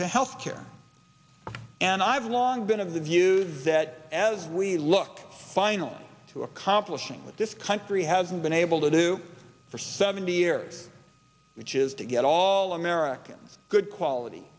to health care and i've long been of the viewed that as we look finally to accomplishing what this country hasn't been able to do for seventy years which is to get all americans good quality